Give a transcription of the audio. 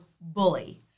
bully